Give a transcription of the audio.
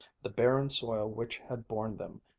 the barren soil which had borne them,